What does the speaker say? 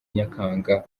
nyakanga